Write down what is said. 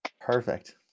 Perfect